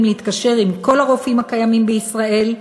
להתקשר עם כל הרופאים הקיימים בישראל.